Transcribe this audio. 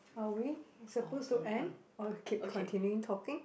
are we supposed to end or keep continuing talking